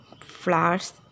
flowers